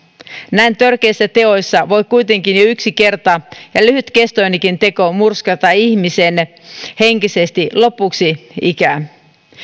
näin törkeissä teoissa voi kuitenkin jo yksi kerta ja lyhytkestoinenkin teko murskata ihmisen henkisesti lopuksi ikää